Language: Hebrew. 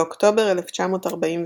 באוקטובר 1943,